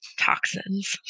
toxins